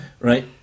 right